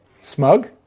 Smug